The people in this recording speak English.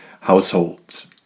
households